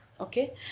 Okay